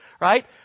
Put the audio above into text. right